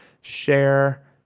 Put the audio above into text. share